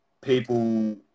people